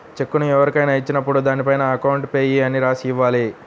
చెక్కును ఎవరికైనా ఇచ్చినప్పుడు దానిపైన అకౌంట్ పేయీ అని రాసి ఇవ్వాలి